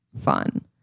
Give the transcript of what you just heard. fun